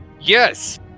Yes